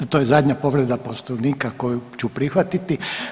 To je zadnja povreda Poslovnika koju ću prihvatiti.